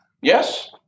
Yes